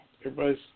Everybody's